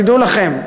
תדעו לכם,